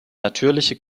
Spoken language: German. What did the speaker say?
natürliche